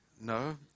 No